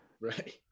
Right